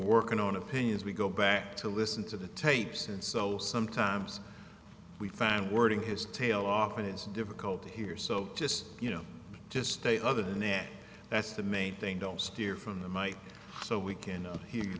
working on opinions we go back to listen to the tapes and so sometimes we found wording his tail off and it's difficult to hear so just you know just stay other than it that's the main thing don't steer from the mike so we can hear you